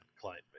client